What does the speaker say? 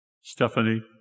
Stephanie